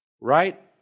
right